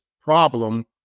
problem